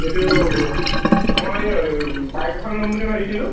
এইটো মই বাইক এখন লম বুলি ভাবিছিলোঁ